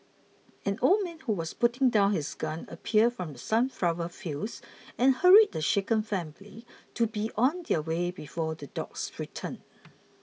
an old man who was putting down his gun appeared from the sunflower fields and hurried the shaken family to be on their way before the dogs return